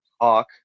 talk